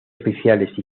oficiales